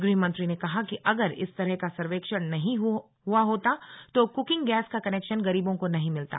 गृहमंत्री ने कहा कि अगर इस तरह का सर्वेक्षण नहीं हुआ होता तो कुकिंग गैस का कनेक्शन गरीबों को नहीं मिलता